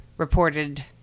Reported